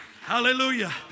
hallelujah